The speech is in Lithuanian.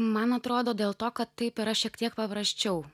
man atrodo dėl to kad taip yra šiek tiek paprasčiau